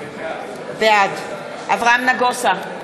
בעד אברהם נגוסה,